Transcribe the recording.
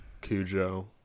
Cujo